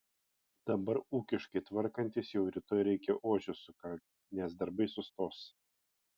dabar ūkiškai tvarkantis jau rytoj reikia ožius sukalti nes darbai sustos